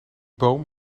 boom